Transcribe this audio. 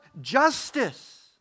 justice